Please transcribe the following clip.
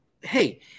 hey